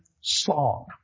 song